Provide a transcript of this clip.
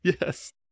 Yes